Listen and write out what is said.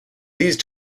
these